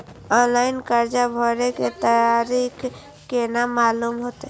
Online कर्जा भरे के तारीख केना मालूम होते?